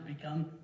become